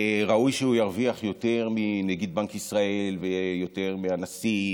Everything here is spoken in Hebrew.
ראוי שהוא ירוויח יותר מנגיד בנק ישראל ויותר מהנשיא,